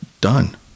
done